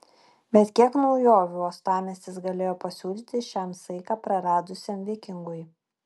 bet kiek naujovių uostamiestis galėjo pasiūlyti šiam saiką praradusiam vikingui